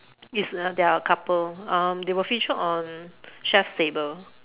is uh they are a couple um they were featured on chef table